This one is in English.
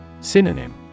Synonym